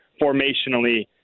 Formationally